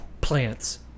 Plants